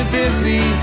busy